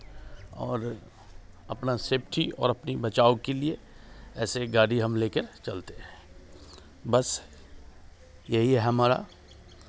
और अपना सेफ्टी और अपनी बचाव के लिए ऐसे गाड़ी ले कर हम चलते हैं बस यही है हमारा